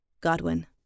Godwin